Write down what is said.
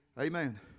Amen